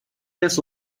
this